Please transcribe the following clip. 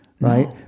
right